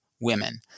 Women